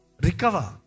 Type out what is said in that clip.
recover